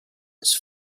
its